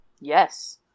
yes